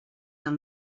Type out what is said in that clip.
del